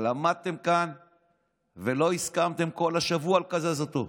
עמדתם ולא הסכמתם כל השבוע לקזז אותו.